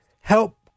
help